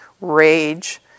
rage